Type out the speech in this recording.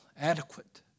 adequate